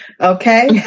Okay